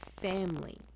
family